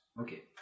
Okay